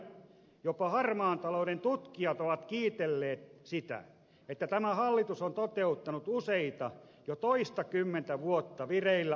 jopa harmaan talouden tutkijat ovat kiitelleet sitä että tämä hallitus on toteuttanut useita jo toistakymmentä vuotta vireillä olleita hankkeita